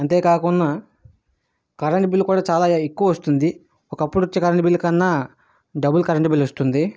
అంతే కాకుండా current bill కూడా చాలా ఎక్కువ వస్తుంది ఒకప్పుడు వచ్చే కరెంటు బిల్ కన్నా డబల్ కరెంటు బిల్ వస్తుంది